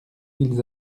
ils